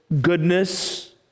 goodness